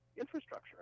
Infrastructure